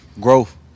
Growth